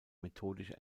methodische